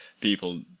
people